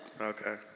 Okay